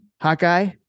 Hawkeye